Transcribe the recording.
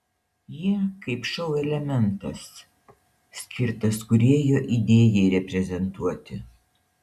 jie kaip šou elementas skirtas kūrėjo idėjai reprezentuoti